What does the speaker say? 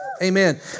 Amen